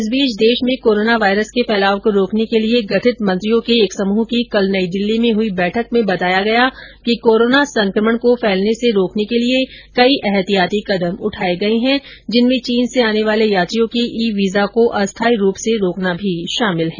इस बीच देश में कोरोना वायरस के फैलाव को रोकने के लिए गठित मंत्रियों के एक समूह की कल नई दिल्ली में हुई बैठक में बताया गया कि कोरोना संक्रमण को फैलने से रोकने के लिए कई ऐहतियाति कदम उठाए गए है जिनमें चीन से आने वाले यात्रियों के ई वीजा को अस्थायी रूप से रोकना भी शामिल है